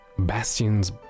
Bastion's